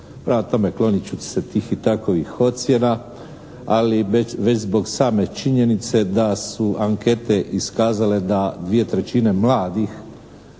Prema tome, klonit ću se tih i takovih ocjena. Ali već zbog same činjenice da su ankete iskazale da dvije trećine mladih